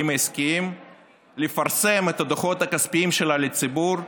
העסקיים ולפרסם את הדוחות הכספיים שלה לציבור.